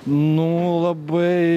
nu labai